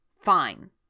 Fine